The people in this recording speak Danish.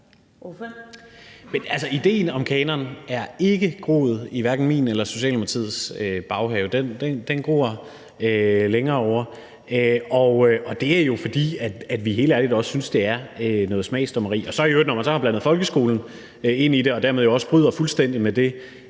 idéen om kanon er hverken groet i min eller Socialdemokratiets baghave. Den gror længere ovre. Det er jo, fordi vi helt ærligt også synes, det er noget smagsdommeri. Og når man så i øvrigt har blandet folkeskolen ind i det og jo dermed også fuldstændig brudt